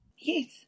Yes